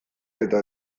eta